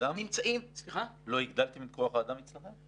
לא הגדלתם את כוח האדם אצלכם?